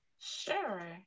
Sure